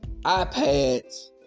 iPads